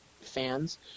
fans